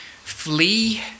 Flee